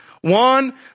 One